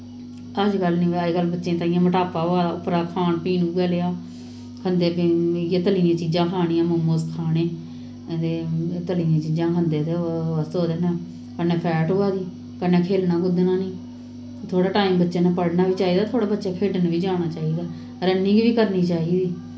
अजकल्ल नी अजकल्ल ताहियें बच्चें गी मुटापा होआ दा उप्परा दा खान पीन उऐ जेहा इ'यै तली दियां चीजां खानियां मोमोस खाने ते तली दियां चीजां खंदे ते उस बजाह् कन्नै फैट होआ दे कन्नै खेलना कूदना नेईं थोह्ड़ै टैम बच्चै नै पढ़ना बी चाही दा थोह्ड़े टैम खेढन बी जाना चाहिदा रन्निंग बी करनी चाहिदी